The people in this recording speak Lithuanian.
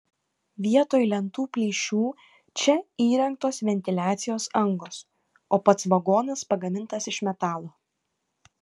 vietoj lentų plyšių čia įrengtos ventiliacijos angos o pats vagonas pagamintas iš metalo